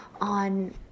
on